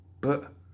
But